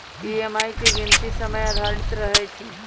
EMI के गीनती समय आधारित रहै छइ